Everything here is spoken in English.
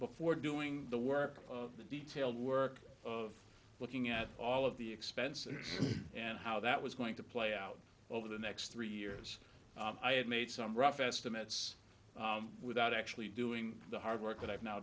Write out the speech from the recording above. before doing the work of the detail work of looking at all of the expenses and how that was going to play out over the next three years i had made some rough estimates without actually doing the hard work that i've now